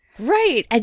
Right